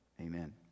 amen